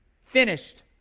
Finished